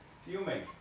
Fuming